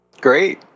Great